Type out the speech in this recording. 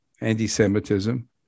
anti-Semitism